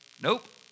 nope